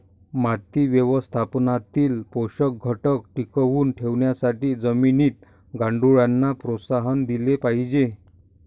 माती व्यवस्थापनातील पोषक घटक टिकवून ठेवण्यासाठी जमिनीत गांडुळांना प्रोत्साहन दिले पाहिजे